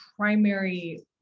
primary